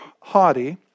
haughty